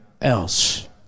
else